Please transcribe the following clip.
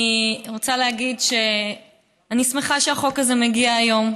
אני רוצה להגיד שאני שמחה שהחוק הזה מגיע היום,